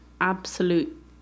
absolute